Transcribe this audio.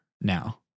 now